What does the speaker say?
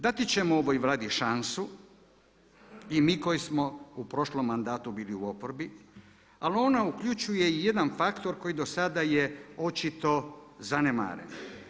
Dati ćemo ovoj Vladi šansu i mi koji smo u prošlom mandatu bili u oporbi, ali ona uključuje i jedan faktor koji do sada je očito zanemaren.